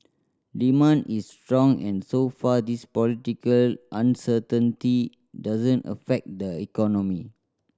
demand is strong and so far this political uncertainty doesn't affect the economy